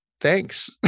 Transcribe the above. thanks